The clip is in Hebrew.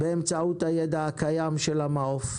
באמצעות הידע הקיים של המעוף.